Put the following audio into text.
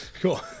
Cool